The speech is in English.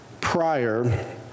prior